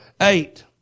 eight